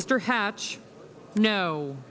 mr hatch kno